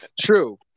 True